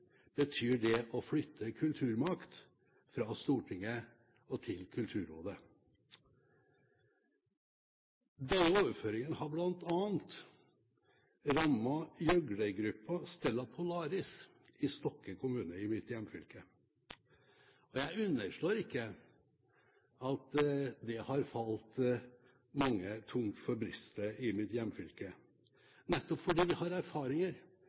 betyr det å flytte kulturmakt fra Stortinget til Kulturrådet. Denne overføringen har bl.a. rammet gjøglergruppen Stella Polaris i Stokke kommune i mitt hjemfylke. Jeg underslår ikke at det har falt mange tungt for brystet i mitt hjemfylke, nettopp fordi vi har erfaringer